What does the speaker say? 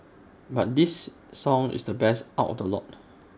but this song is the best out A lot